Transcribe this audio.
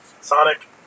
Sonic